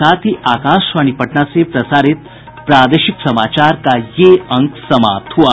इसके साथ ही आकाशवाणी पटना से प्रसारित प्रादेशिक समाचार का ये अंक समाप्त हुआ